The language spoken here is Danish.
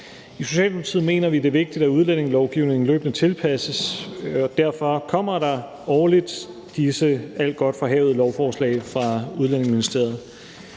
I Socialdemokratiet mener vi, det er vigtigt, at udlændingelovgivningen løbende tilpasses, og derfor kommer der årligt disse alt godt fra havet-lovforslag fra Udlændinge-